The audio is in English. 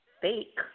fake